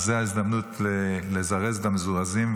אז זאת ההזדמנות לזרז את המזורזים,